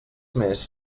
més